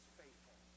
faithful